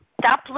stop